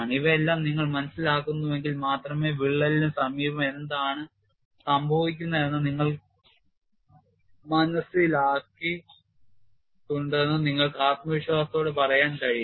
ഇവയെല്ലാം നിങ്ങൾ മനസിലാക്കുന്നുവെങ്കിൽ മാത്രമേ വിള്ളലിന് സമീപം എന്താണ് സംഭവിക്കുന്നതെന്ന് നിങ്ങൾ മനസിലാക്കിയിട്ടുണ്ടെന്ന് നിങ്ങൾക്ക് ആത്മവിശ്വാസത്തോടെ പറയാൻ കഴിയും